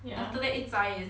ya